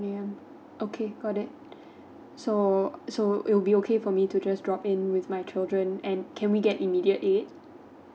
okay got it so so it will be okay for me to just drop in with my children and can we get immediate aid